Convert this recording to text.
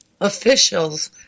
officials